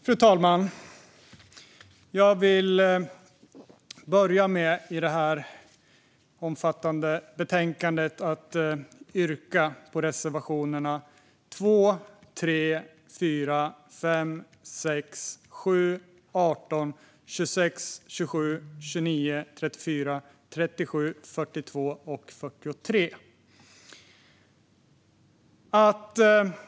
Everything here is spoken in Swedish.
Fru talman! Jag vill börja med att yrka bifall till reservationerna 2, 3, 4, 5, 6, 7, 18, 26, 27, 29, 34, 37, 42 och 43 i detta omfattande betänkande.